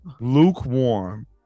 Lukewarm